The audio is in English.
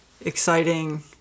exciting